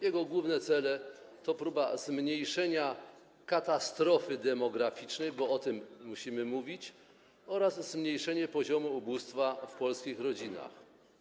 Jego główne cele to próba zmniejszenia katastrofy demograficznej, bo o tym musimy mówić, oraz zmniejszenie poziomu ubóstwa w polskich rodzinach.